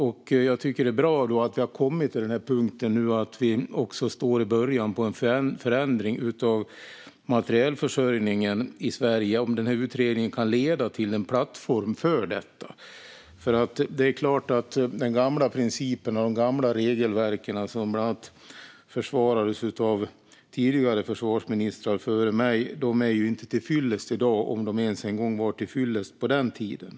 Jag tycker att det är bra att vi har kommit till den här punkten nu; vi står i början av en förändring av materielförsörjningen i Sverige, om den här utredningen kan leda till en plattform för detta. Det är klart att de gamla principerna och de gamla regelverken, som bland annat försvarades av tidigare försvarsministrar, inte är till fyllest i dag, om de nu ens var till fyllest på den tiden.